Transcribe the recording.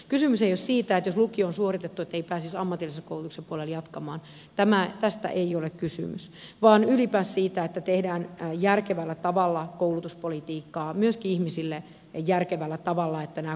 kysymys ei ole siitä että jos lukio on suoritettu ei pääsisi ammatillisen koulutuksen puolelle jatkamaan tästä ei ole kysymys vaan ylipäänsä siitä että tehdään järkevällä tavalla koulutuspolitiikkaa myöskin ihmisille että nämä koulutuspolut ovat mahdollisimman lyhyitä